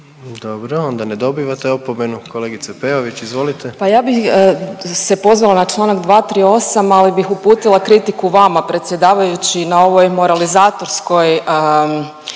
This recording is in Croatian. Dobro, onda ne dobivate opomenu. Kolegice Peović, izvolite. **Peović, Katarina (RF)** Pa ja bih se pozvala na čl. 238, ali bih uputila kritiku vama, predsjedavajući, na ovoj moralizatorskoj